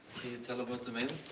tell about the mail?